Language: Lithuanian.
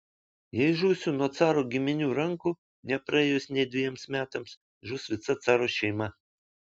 jei žūsiu nuo caro giminių rankų nepraėjus nei dvejiems metams žus visa caro šeima